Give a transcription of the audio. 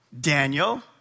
Daniel